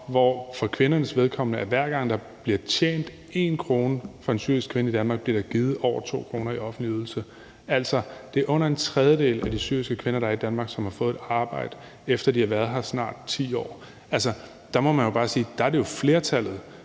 som for kvindernes vedkommende betyder, at hver gang der bliver tjent 1 kr. af en syrisk kvinde i Danmark, bliver der givet over 2 kr. i offentlig ydelse. Altså, det er under en tredjedel af de syriske kvinder, der er i Danmark, som har fået et arbejde, efter at de har været her snart 10 år. Der må man jo bare sige, at det er flertallet,